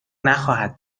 نخواهد